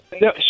No